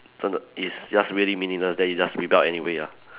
真的 it's just really meaningless then you rebelled anyway ah